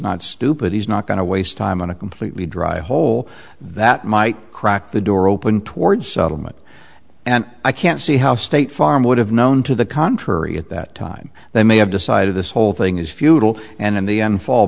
not stupid he's not going to waste time on a completely dry hole that might crack the door open towards settlement and i can't see how state farm would have known to the contrary at that time they may have decided this whole thing is futile and in the end fall